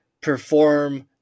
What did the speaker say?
perform